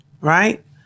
Right